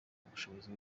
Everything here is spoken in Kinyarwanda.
ubushobozi